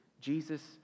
Jesus